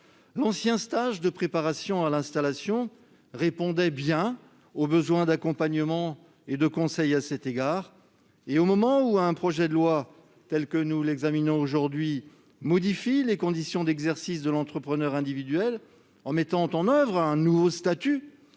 L'ancien stage de préparation à l'installation répondait bien aux besoins d'accompagnement et de conseil à cet égard. Alors que débutait l'examen de ce projet de loi qui modifie les conditions d'exercice de l'entrepreneur individuel en mettant en oeuvre un nouveau statut,